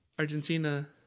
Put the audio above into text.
Argentina